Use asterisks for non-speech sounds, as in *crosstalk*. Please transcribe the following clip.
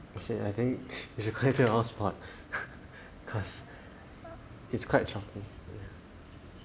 okay I think you should connect to your hotspot *laughs* because it's quite choppy ya